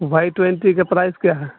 Y twenty کا price کیا ہیں